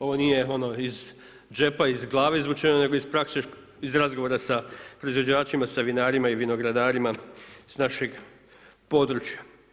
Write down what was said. Ovo nije ono iz džepa, iz glave izvučeno nego iz prakse, iz razgovora sa proizvođačima, sa vinarima i vinogradarima s našeg područja.